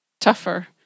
tougher